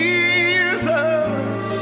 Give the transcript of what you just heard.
Jesus